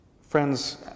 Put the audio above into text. Friends